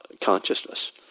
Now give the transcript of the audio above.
consciousness